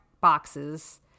boxes